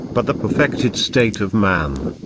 but the perfected state of man.